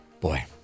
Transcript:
Boy